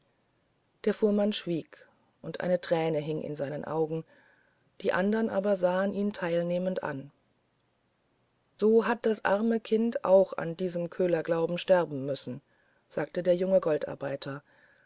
der fuhrmann schwieg und eine träne hing in seinen augen die andern aber sahen teilnehmend auf ihn so hat das arme kind auch an diesem köhlerglauben sterben müssen sagte der junge